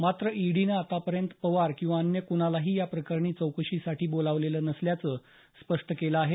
मात्र ईडीनं आतापर्यंत पवार किंवा अन्य कुणालाही या प्रकरणी चौकशीसाठी बोलावलेलं नसल्याचं स्पष्ट केलं आहे